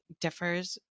differs